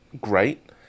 great